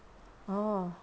orh